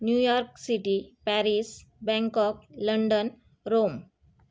New York city Paris Bangkok London Rome